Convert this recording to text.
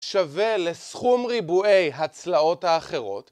שווה לסכום ריבועי הצלעות האחרות